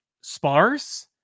sparse